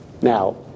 Now